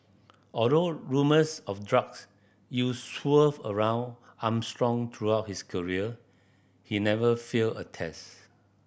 although rumours of drugs use swirled around Armstrong throughout his career he never failed a test